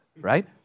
right